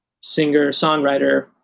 singer-songwriter